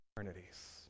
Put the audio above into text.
eternities